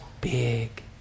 big